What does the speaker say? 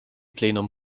plenum